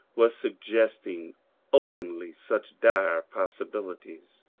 was suggesting openly such dire possibilities,